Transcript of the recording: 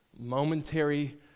momentary